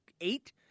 eight